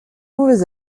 mauvais